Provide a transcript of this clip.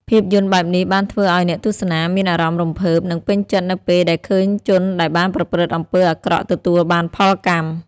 ភាពយន្តបែបនេះបានធ្វើឲ្យអ្នកទស្សនាមានអារម្មណ៍រំភើប និងពេញចិត្តនៅពេលដែលឃើញជនដែលបានប្រព្រឹត្តអំពើអាក្រក់ទទួលបានផលកម្ម។